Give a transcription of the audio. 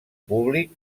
públic